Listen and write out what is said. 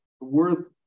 worth